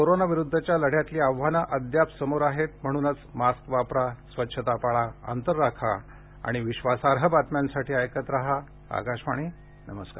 corona विरुद्धचा हा लढा आपल्याला जिंकायचा आहे म्हणूनच मास्क वापरा स्वच्छता पाळा अंतर राखा आणि विश्वासार्ह बातम्यांसाठी ऐकत रहा आकाशवाणी नमस्कार